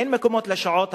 אין מקומות לשעות הפרטניות,